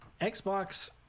xbox